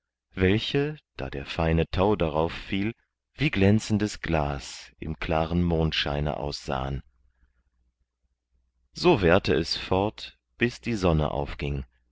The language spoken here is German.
welche da der feine tau darauf fiel wie glänzendes glas im klaren mondscheine aussahen so währte es fort bis die sonne aufging